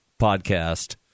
podcast